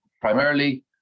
primarily